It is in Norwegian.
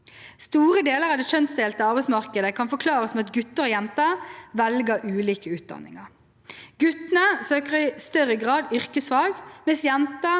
Store deler av det kjønnsdelte arbeidsmarkedet kan forklares med at gutter og jenter velger ulike utdanninger. Guttene søker i større grad yrkesfag, mens jentene